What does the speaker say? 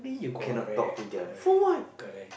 correct correct correct